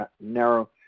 narrow